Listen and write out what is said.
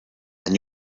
and